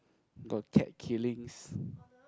got cat killings